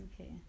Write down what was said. Okay